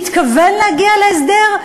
מתכוון להגיע להסדר,